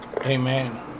Amen